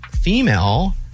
female